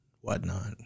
whatnot